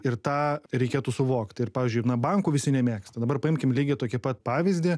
ir tą reikėtų suvokt ir pavyzdžiui bankų visi nemėgsta dabar paimkim lygiai tokį pat pavyzdį